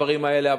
הדברים האלה,